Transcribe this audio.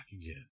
again